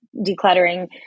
decluttering